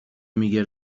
میگه